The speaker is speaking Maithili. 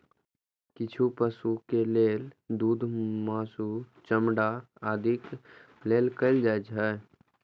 किछु पशुधन के पालन दूध, मासु, चमड़ा आदिक लेल कैल जाइ छै